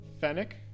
Fennec